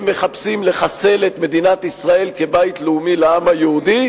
הם מחפשים לחסל את מדינת ישראל כבית לאומי לעם היהודי,